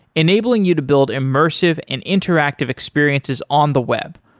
enabling you to build immersive and interactive experiences on the web,